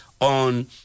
on